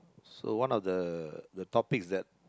so one of the the topics that